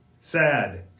SAD